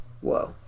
Whoa